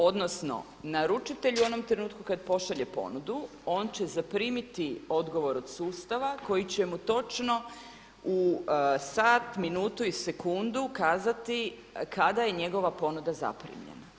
Odnosno naručitelj u onom trenutku kada pošalje ponudu on će zaprimiti odgovor od sustava koji će mu točno u sat, minutu i sekundu kazati kada je njegova ponuda zaprimljena.